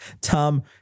Tom